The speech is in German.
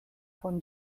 von